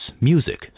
music